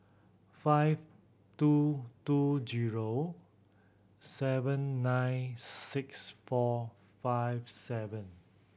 five two two zero seven nine six four five seven